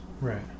Right